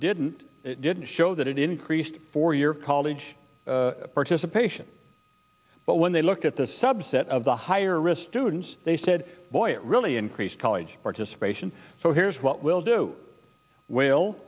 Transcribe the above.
didn't it didn't show that it increased four year college participation but when they looked at the subset of the higher risk tunes they said boy it really increase college participation so here's what we'll do